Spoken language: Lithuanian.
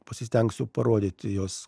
pasistengsiu parodyti jos